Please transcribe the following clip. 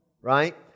Right